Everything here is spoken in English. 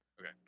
Okay